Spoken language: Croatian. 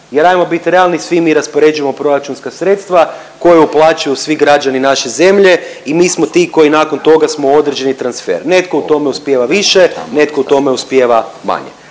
jer ajmo bit realni svi mi raspoređujemo proračunska sredstva koja uplaćuju svi građani naše zemlje i mi smo ti koji nakon toga smo određeni transfer. Netko u tome uspijeva više, netko u tome uspijeva manje